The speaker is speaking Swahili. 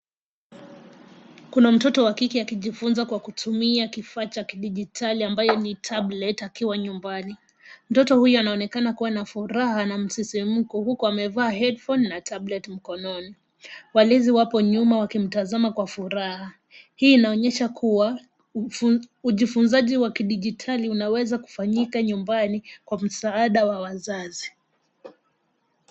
Kuna mtoto wakike akijifunza kwa kutumia kifaa cha kidigitali ambayo ni tablet akiwa nyumbani. Mtoto huyo anaonekana kuwa na furaha na msisimko, huku amevaa headphone na tablet mkononi. Walezi wapo nyuma wakimtazama kwa furaha. Hii inaonyesha kuwa ujifunzaji wa kidigitali unaweza kufanyika nyumbani kwa msaada wa wazazi.